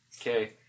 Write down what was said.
Okay